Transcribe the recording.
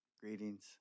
greetings